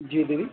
जी दीदी